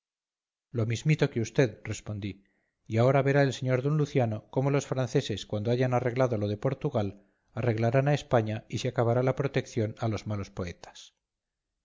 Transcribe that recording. lo mismito que vd respondí y ahora verá el sr d luciano cómo los franceses cuando hayan arreglado lo de portugal arreglarán a españa y se acabará la protección a los malos poetas